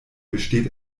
besteht